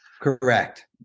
Correct